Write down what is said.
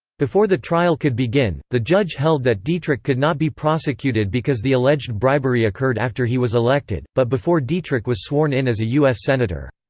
before the trial could begin, the judge held that dietrich could not be prosecuted because the alleged bribery occurred after he was elected, but before dietrich was sworn in as a us senator.